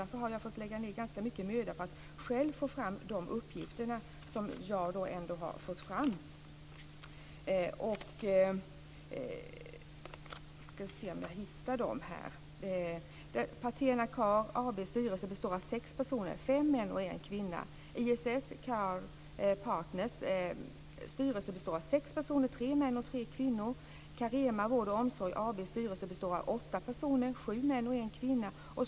Därför har jag fått lägga ned ganska mycket möda på att själv få fram dessa uppgifter. Carema Vård och Omsorg AB:s styrelse består av åtta personer - sju män och en kvinna.